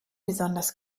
besonders